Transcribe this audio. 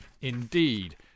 Indeed